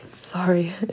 Sorry